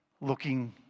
looking